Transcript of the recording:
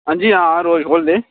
हां जी हां रोज खोह्लदे